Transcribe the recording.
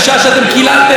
בשעה שאתם קיללתם,